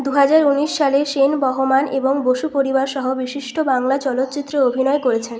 দু হাজার উনিশ সালে সেন বহমান এবং বসু পরিবার সহ বিশিষ্ট বাংলা চলচ্চিত্রে অভিনয় করেছেন